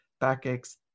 backaches